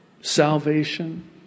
salvation